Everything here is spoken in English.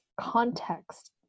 Context